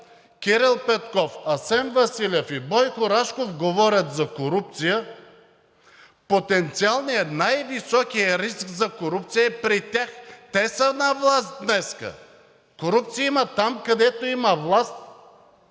Кирил Петков, Асен Василев и Бойко Рашков говорят за корупция, потенциалният, най-високият риск за корупция е при тях. Те са на власт днес! Корупция има там, където има власт,